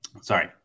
Sorry